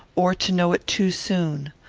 or to know it too soon.